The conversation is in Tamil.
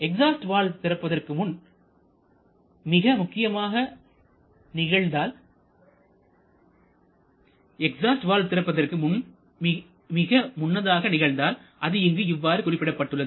எக்ஸாஸ்ட் வால்வு திறப்பு மிக முன்னதாக நிகழ்ந்தால் அது இங்கு இவ்வாறு குறிப்பிடப்பட்டுள்ளது